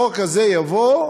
החוק הזה יבוא,